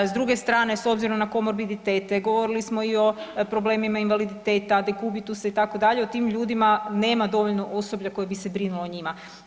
S druge strane s obzirom na komorbiditete, govorili smo i o problemima invaliditeta, dekubituse itd. o tim ljudima nema dovoljno osoblja koje bi se brinulo o njima.